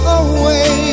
away